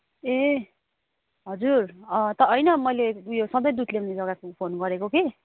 ए हजुर त होइन मैले उयो सधैँ दुध ल्याउने जग्गाको फोन गरेको कि